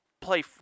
Play